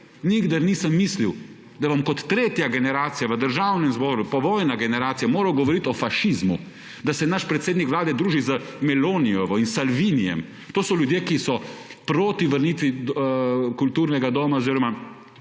nikdar nisem mislil, da bom kot tretja generacija v državnem zboru, povojna generacija moral govoriti o fašizmu, da se naš predsednik vlade druži z /nerazumljivo/ in Salvinijem. To so ljudje, ki so proti vrnitvi kulturnega doma oziroma